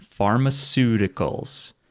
pharmaceuticals